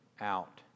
out